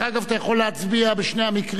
אתה יכול להצביע בשני המקרים,